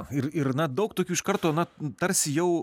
ir ir na daug tokių iš karto na tarsi jau